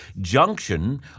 junction